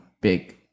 big